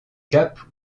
cap